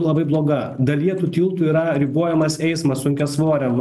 labai bloga dalyje tų tiltų yra ribojamas eismas sunkiasvoriam